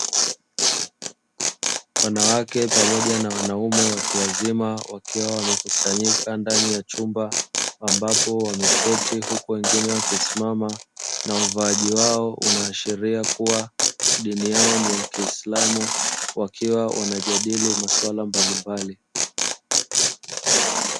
Wanawake pamoja na wanaume watu wazima wakiwa wamekusanyika ndani ya chumba, ambapo wameketi huku wengine wakisimama na uvaaji wao unaashiria kuwa dini yao ni ya kiislamu, wakiwa wanajadili masuala mbalimbali.